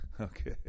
Okay